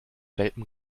welpen